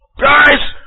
Guys